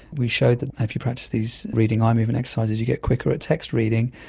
we showed that if you practice these reading eye movement exercises you get quicker at text reading,